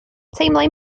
teimlai